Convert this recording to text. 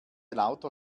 lauter